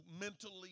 mentally